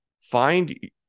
find